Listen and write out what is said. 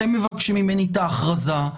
אתם מבקשים ממני את ההכרזה,